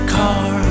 car